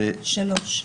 לדעתי -- 23.